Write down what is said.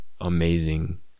amazing